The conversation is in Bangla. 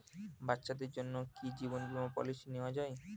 বাচ্চাদের জন্য কি জীবন বীমা পলিসি নেওয়া যায়?